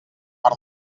per